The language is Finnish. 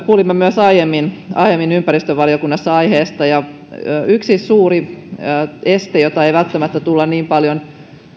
kuulimme myös aiemmin aiemmin ympäristövaliokunnassa aiheesta ja yksi suuri este joka ei välttämättä tule niin paljon